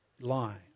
Lie